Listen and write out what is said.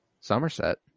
Somerset